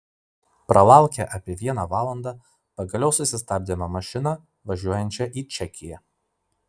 pralaukę apie vieną valandą pagaliau susistabdėme mašiną važiuojančią į čekiją